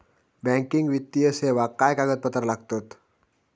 Banking वित्तीय सेवाक काय कागदपत्र लागतत?